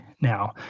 now